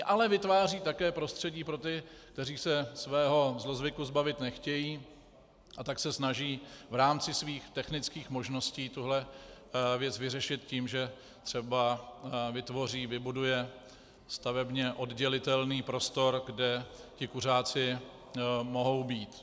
Ale vytvářejí také prostředí pro ty, kteří se svého zlozvyku zbavit nechtějí, a tak se snaží v rámci svých technických možností tuhle věc vyřešit tím, že třeba vytvoří, vybudují stavebně oddělitelný prostor, kde ti kuřáci mohou být.